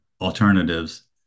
alternatives